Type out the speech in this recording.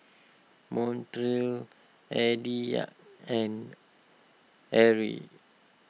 Montrell Aditya and Eryn